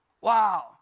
Wow